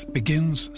begins